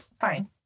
fine